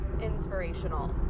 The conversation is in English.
inspirational